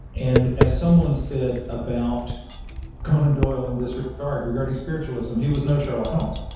and as someone said about conan doyle in this regard regarding spiritualism, he was no sherlock holmes.